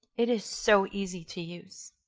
it is so easy to use.